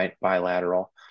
bilateral